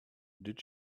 did